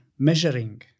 measuring